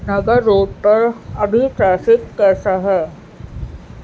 Nagar road پر ابھی traffic کیسا ہے